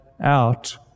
out